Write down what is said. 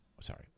Sorry